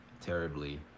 terribly